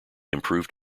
improved